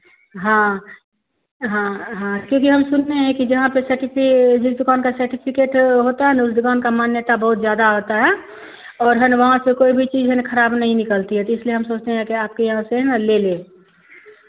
हाँ हाँ हाँ क्योंकि हम सुने हैं कि जहाँ पे सर्टिफि जिस दुकान का सर्टिफिकेट होता है ना दुकान का मान्यता बहुत ज्यादा होता है और है ना वहाँ से कोई भी चीज़ है ना खराब नहीं निकलती है तो इसलिए हम सोचते हैं क्या आपके यहाँ से ना ले लें